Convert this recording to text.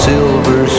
Silver